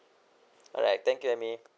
alright thank you amy